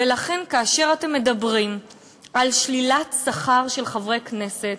ולכן, כאשר אתם מדברים על שלילת שכר של חברי כנסת,